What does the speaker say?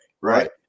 right